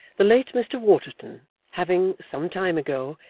the late mr waterton having, some time ago,